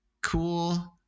cool